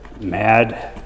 mad